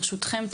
ברשותכם,